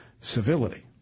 civility